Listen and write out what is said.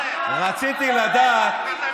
אתה עבד נרצע,